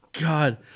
god